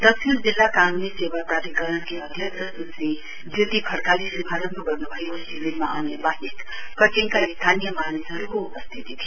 दक्षिण जिल्ला कानूनी सेवा प्राधिकरणकी अध्यक्ष स्श्री ज्योति खड़काले श्भारम्भ गर्न्भएको शिविरमा अन्य वाहेक कटेडका स्थानीय मानिसहरूको उपस्थिती थियो